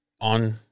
on